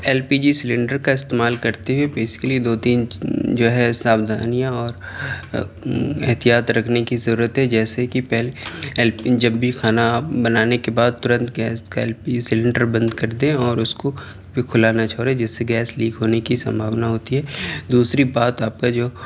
L P G cylinder کا استعمال کرتے ہوئے بیسیکلی دو تین جو ہے ساودھانیاں اور احتیاط رکھنے کی ضرورت ہے جیسے کہ پہلے ایل پی جب بھی کھانا آپ بنانے کے بعد ترنت gas L P P cylinder بند کردیں اور اس کو بھی کھلا نہ چھوڑیں جس سے گیس لیک ہونے کی سمبھاونا ہوتی ہے دوسری بات آپ کا جو